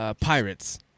pirates